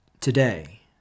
today